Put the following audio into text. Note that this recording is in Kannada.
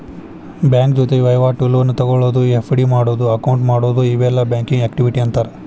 ಬ್ಯಾಂಕ ಜೊತಿ ವಹಿವಾಟು, ಲೋನ್ ತೊಗೊಳೋದು, ಎಫ್.ಡಿ ಮಾಡಿಡೊದು, ಅಕೌಂಟ್ ಮಾಡೊದು ಇವೆಲ್ಲಾ ಬ್ಯಾಂಕಿಂಗ್ ಆಕ್ಟಿವಿಟಿ ಅಂತಾರ